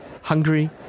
Hungary